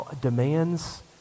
demands